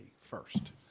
first